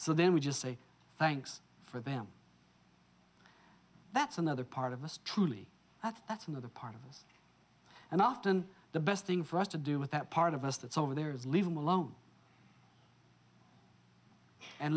so then we just say thanks for them that's another part of us truly but that's another part of us and often the best thing for us to do with that part of us that's over there is leave them alone and